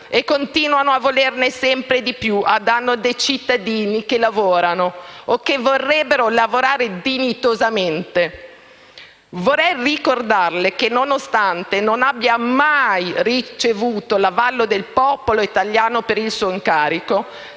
e continuano a volerne sempre di più a danno dei cittadini che lavorano o che vorrebbero lavorare dignitosamente. Vorrei ricordarle che nonostante non abbia mai ricevuto l'avallo del popolo italiano per il suo incarico,